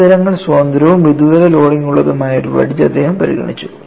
ഉപരിതലങ്ങൾ സ്വതന്ത്രവും വിദൂര ലോഡിംഗ് ഉള്ളതുമായ ഒരു വെഡ്ജ് അദ്ദേഹം പരിഗണിച്ചു